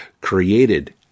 created